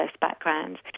backgrounds